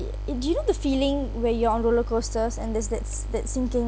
do you know the feeling where you're on roller coasters and there's that s~ that sinki